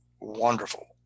wonderful